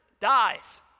dies